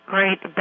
great